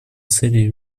цели